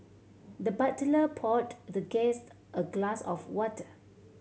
the butler poured the guest a glass of water